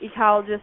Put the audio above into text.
ecologists